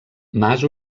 mas